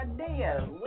idea